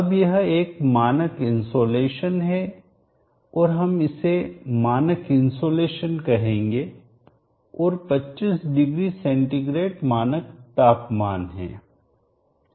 अब यह एक मानक इन्सोलेशन है और हम इसे मानक इन्सोलेशन कहेंगे और 25 डिग्री सेंटीग्रेड मानक तापमान है